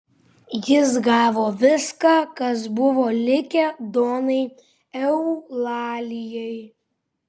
jis gavo viską kas buvo likę donai eulalijai